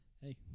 Hey